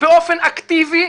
באופן אקטיבי.